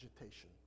agitation